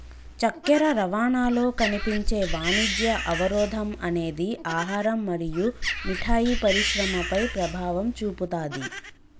చక్కెర రవాణాలో కనిపించే వాణిజ్య అవరోధం అనేది ఆహారం మరియు మిఠాయి పరిశ్రమపై ప్రభావం చూపుతాది